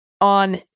on